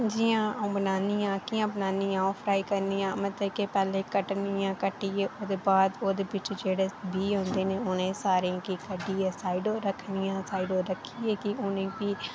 जि'यां अ'उं बनानी आं कि'यां बनानी आं अ'ऊं फ्राई करनी आं मतलब के पैह्लें कट्टनी आं कट्टियै ओह्दे च जेह्ड़े बीऽ होंदे उ'नें सारें गी कड्ढियै साइड पर रक्खनी आं साइड पर रक्खियै उ'नेंगी